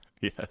Yes